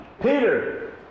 Peter